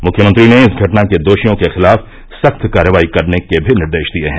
मुख्यमंत्री ने इस घटना के दोषियों के खिलाफ सख्त कार्रवाई करने के भी निर्देश दिए हैं